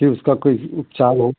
कि उसका कुछ उपचार हो